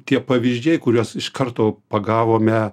tie pavyzdžiai kuriuos iš karto pagavome